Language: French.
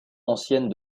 ancienne